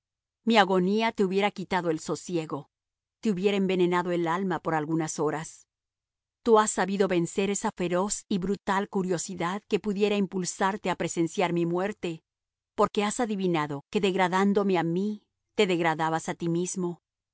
mi agonía te hubiera quitado el sosiego te hubiera envenenado el alma por algunas horas tú has sabido vencer esa feroz y brutal curiosidad que pudiera impulsarte a presenciar mi muerte porque has adivinado que degradándome a mí te degradabas a ti mismo